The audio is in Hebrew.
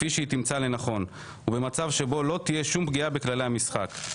כפי שהיא תמצא לנכון ובמצב שבו לא תהיה שום פגיעה בכללי המשחק.